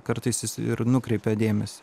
kartais jis ir nukreipia dėmesį